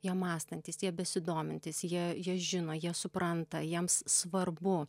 jie mąstantys jie besidomintys jie jie žino jie supranta jiems svarbu